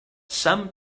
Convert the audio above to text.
some